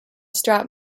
strap